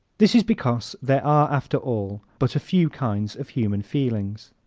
this is because there are after all but a few kinds of human feelings.